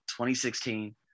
2016